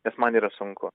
nes man yra sunku